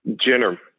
Jenner